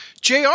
Jr